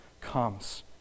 comes